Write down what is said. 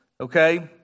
Okay